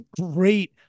great